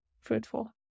fruitful